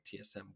TSM